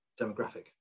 demographic